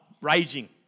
raging